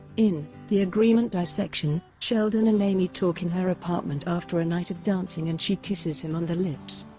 in the agreement dissection, sheldon and amy talk in her apartment after a night of dancing and she kisses him on the lips.